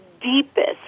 deepest